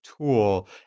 tool